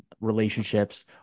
relationships